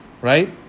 Right